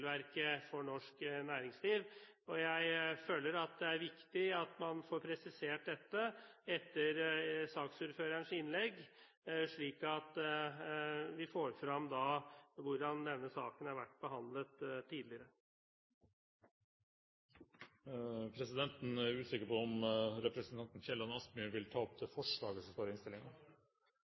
for norsk næringsliv. Jeg føler at det er viktig at man får presisert dette etter saksordførerens innlegg, slik at vi får frem hvordan denne saken har vært behandlet tidligere. Presidenten er usikker på om representanten Kielland Asmyhr vil ta opp det forslaget som står i